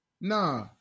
Nah